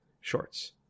shorts